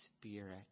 Spirit